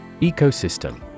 Ecosystem